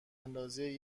اندازی